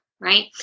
Right